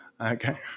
Okay